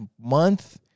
month